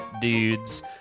dudes